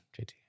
JT